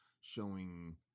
showing